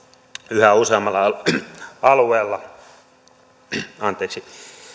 yhä useammalla alueella